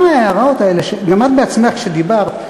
גם ההערות האלה, גם את בעצמך כשדיברת,